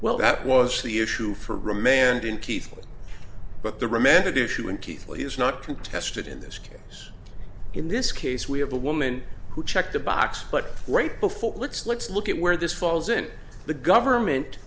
well that was the issue for remand in keith but the remanded issue in keathley is not contested in this case in this case we have a woman who checked the box but right before let's let's look at where this falls in the government